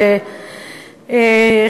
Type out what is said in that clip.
תודה,